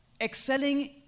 Excelling